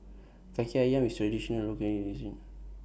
Kaki Ayam IS Traditional Local Cuisine